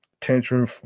tantrum